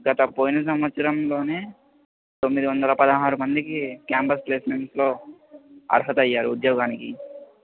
గత పోయిన సంవత్సరంలోనే తొమ్మిది వందల పదహారు మందికి క్యాంపస్ ప్లేస్మెంట్స్లో అర్హత అయ్యారు ఉద్యోగానికి